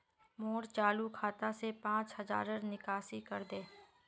मोर चालु खाता से पांच हज़ारर निकासी करे दे